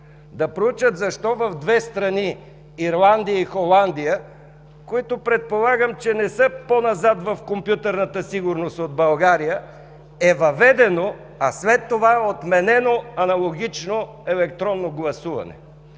да проучат защо в две страни – Ирландия и Холандия, които предполагам, че не са по-назад в компютърната сигурност от България, е въведено, а след това е отменено аналогично електронно гласуване;